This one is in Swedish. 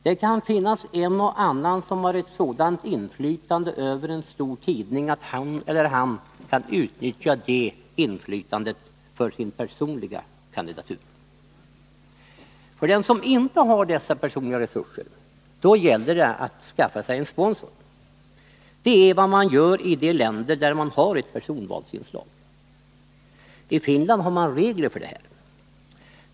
Det kan finnas en och annan som har ett sådant inflytande över en stor tidning att han eller hon kan utnyttja det inflytandet för sin personliga kandidatur. För den som inte har dessa personliga resurser gäller det att skaffa sig en sponsor. Det är vad man gör i de länder där man har ett personvalsinslag. I Finland har man regler för detta.